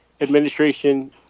Administration